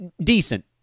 decent